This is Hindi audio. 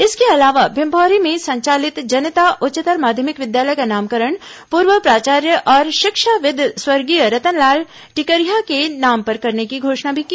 इसके अलावा भिंभौरी में संचालित जनता उच्चत्तर माध्यमिक विद्यालय का नामकरण पूर्व प्राचार्य और शिक्षाविद् स्वर्गीय रतनलाल टिकरिहा के नाम पर करने की घोषणा भी की